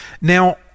Now